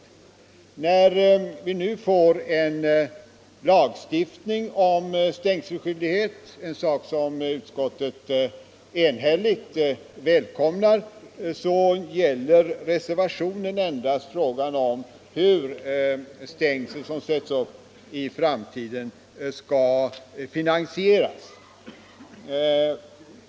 Att vi nu får en lagstiftning om stängselskyldighet är en sak som utskottet enhälligt välkomnar. Reservationen gäller endast frågan om hur stängsel som sätts upp i framtiden skall finansieras.